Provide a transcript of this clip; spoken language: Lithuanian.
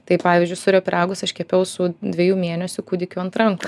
tai pavyzdžiui sūrio pyragus aš kepiau su dviejų mėnesių kūdikiu ant rankų